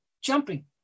jumping